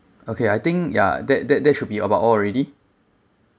okay I think ya that that that should be about all already